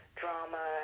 drama